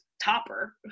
Topper